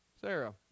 sarah